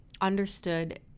understood